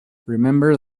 remember